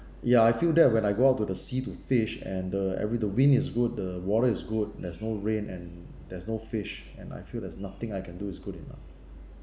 ya I feel that when I go out to the sea to fish and the every the wind is good the water is good there's not rain and there's no fish and I feel that's nothing I can do is good enough